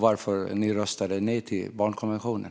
Varför röstade ni nej till barnkonventionen?